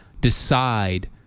decide